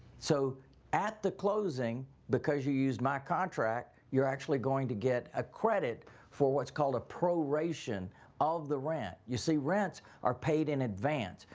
so at the closing, because you used my contract, you're actually going to get a credit for what's called a proration of the rent. you see, rents are paid in advance,